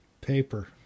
Paper